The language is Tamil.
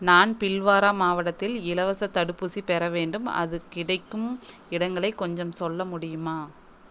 நான் பில்வாரா மாவட்டத்தில் இலவச தடுப்பூசி பெற வேண்டும் அது கிடைக்கும் இடங்களை கொஞ்சம் சொல்ல முடியுமா